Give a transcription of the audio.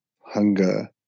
hunger